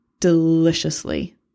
deliciously